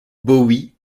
bowie